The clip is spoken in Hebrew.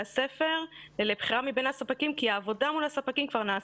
הספר לבחירה מבין הספקים כי העבודה מול הספקים כבר נעשתה.